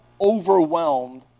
overwhelmed